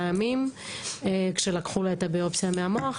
ימים כשלקחו לה את הביופסיה מהמוח,